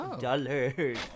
dollars